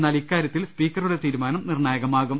എന്നാൽ ഇക്കാര്യത്തിൽ സ്പീക്കറുടെ തീരുമാനം നിർണ്ണായകമാകും